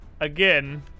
again